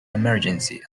emergency